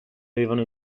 avevano